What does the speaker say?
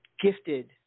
gifted